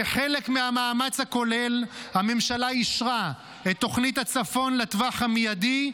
כחלק מהמאמץ הכולל הממשלה אישרה את תוכנית הצפון לטווח המיידי,